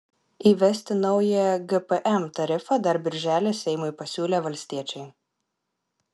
įvesti naują gpm tarifą dar birželį seimui pasiūlė valstiečiai